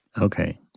Okay